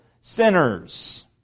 sinners